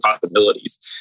possibilities